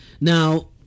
Now